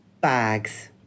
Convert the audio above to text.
bags